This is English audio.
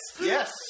Yes